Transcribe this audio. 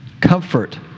Comfort